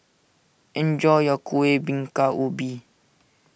enjoy your Kueh Bingka Ubi